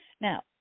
Now